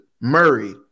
Murray